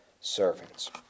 servants